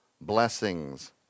blessings